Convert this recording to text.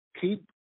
keep